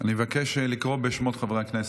אני מבקש לקרוא בשמות חברי הכנסת.